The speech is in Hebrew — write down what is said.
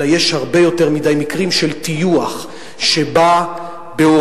אלא יש הרבה יותר מדי מקרים של טיוח שבא בהוראות,